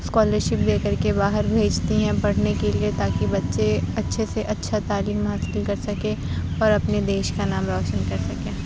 scholar شپ دے کر کے باہر بھیجتی ہیں پڑھنے کے لیے تاکہ بچے اچھے سے اچھا تعلیم حاصل کر سکیں اور اپنے دیش کا نام روشن کر سکیں